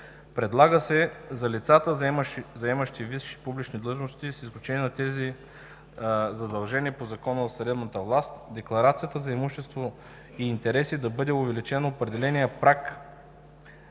Предлага се за лицата, заемащи висши публични длъжности, с изключение на тези, задължени по Закона за съдебната власт, в декларацията за имущество и интереси да бъде увеличен определеният праг